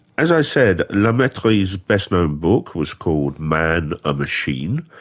as i said, like mettrie's best-known book was called man, a machine.